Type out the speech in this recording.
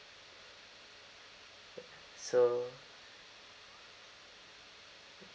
so